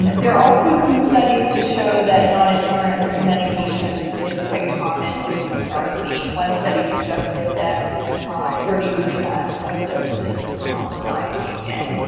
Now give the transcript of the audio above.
there are also some studies to show that non adherence to medications is quite common with buprenorphine. one study suggested that thirty percent of doses um were not taken,